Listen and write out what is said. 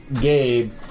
Gabe